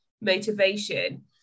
motivation